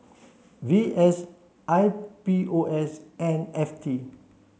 V S I P O S and F T